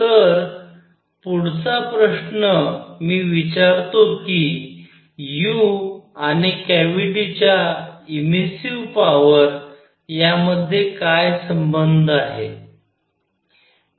तर पुढचा प्रश्न मी विचारतो कि u आणि कॅव्हिटीच्या इमार्सिव्ह पॉवर यामध्ये काय संबंध आहे